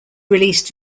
released